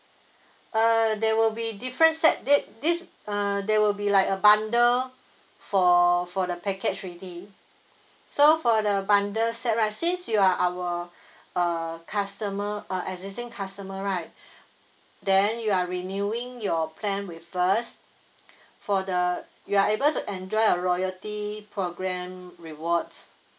uh there will be different set that this uh they will be like a bundle for for the package already so for the bundle set right since you are our uh customer uh existing customer right then you are renewing your plan with us for the you are able to enjoy a loyalty programme rewards